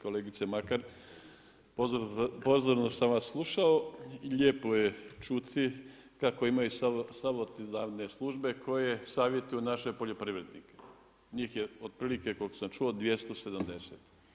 Kolegice Makar, pozorno sam vas slušao i lijepo je čuti kako imaju savjetodavne službe koje savjetuju naše poljoprivrednike, njih je otprilike koliko sam čuo 270.